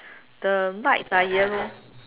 the lights are yellow